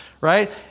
Right